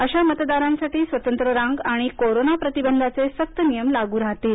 अशा मतदारांसाठी स्वतंत्र रांग आणि कोरोना प्रतिबंधाचे सक्त नियम लागू राहतील